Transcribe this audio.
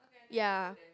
ya